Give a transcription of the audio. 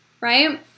right